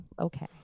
Okay